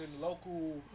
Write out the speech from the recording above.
local